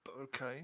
Okay